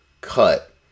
cut